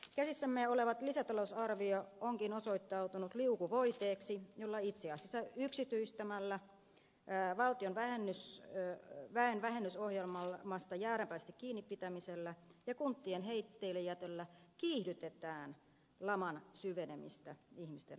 käsissämme oleva lisätalousarvio onkin osoittautunut liukuvoiteeksi jolla itse asiassa yksityistämällä valtion väenvähennysohjelmasta jääräpäisesti kiinni pitämisellä ja kuntien heitteillejätöllä kiihdytetään laman syvenemistä ihmisten arjessa